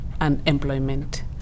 unemployment